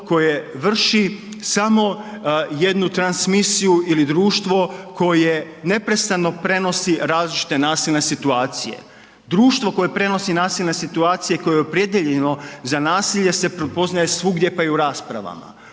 koje vrši samo jednu transmisiju ili društvo koje neprestano prenosi različite nasilne situacije. Društvo koje prenosi nasilne situacije koje je opredijeljeno za nasilje se prepoznaje svugdje pa i u raspravama.